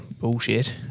bullshit